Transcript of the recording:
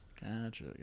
Gotcha